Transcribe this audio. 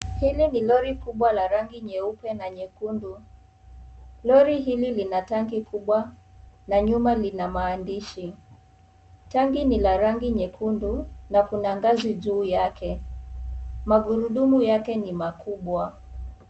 Hili ni lori kubwa la rangi nyeupe na nyekundu lori hili lina tanki kubwa na nyuma lina maandishi. Tangi la rangi nyekundu na kuna ngazi juu yake. Magurudumu yake ni makubwa.